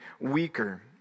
weaker